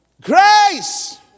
Grace